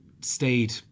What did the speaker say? stayed